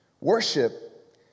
Worship